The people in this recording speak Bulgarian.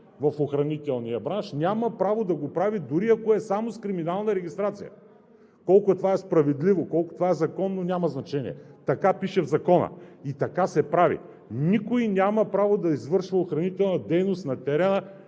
в охранителния бранш, няма право да го прави дори ако е само с криминална регистрация. Колко това е справедливо, колко това е законно, няма значение – така пише в Закона и така се прави. Никой няма право да извършва охранителна дейност на терена,